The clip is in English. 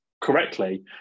correctly